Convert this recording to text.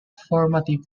formative